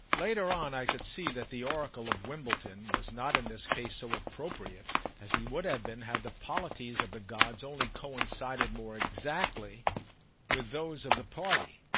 later on i could see that the oracle of wimbledon was not in this case so appropriate as he would have been had the polities of the gods only coincided more exactly with those of the party.